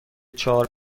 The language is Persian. چهار